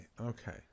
okay